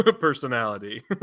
personality